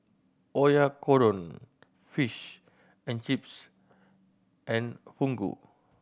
Oyakodon Fish and Chips and Fugu